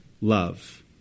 love